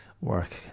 work